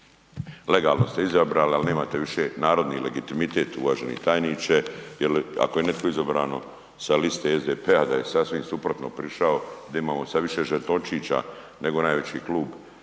legalno ste izabrali, ali nemate više narodni legitimitet uvaženi tajniče jel ako je neko izabran sa liste SDP-a da je sasvim suprotno prišao, da imamo sada više žetončića nego najveći klub